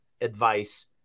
advice